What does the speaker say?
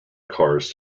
cars